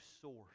source